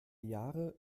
jahre